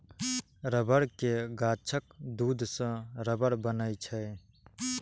रबड़ के गाछक दूध सं रबड़ बनै छै